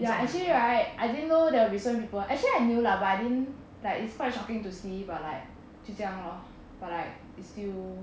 ya actually right I didn't know there would be so many people actually I knew lah but I didn't like it's quite shocking to see but like 就这样 lor but like it's still